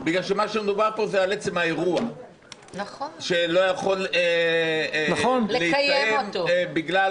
בגלל שמדובר פה על עצם האירוע שלא יכול להתקיים בגלל